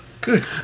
Good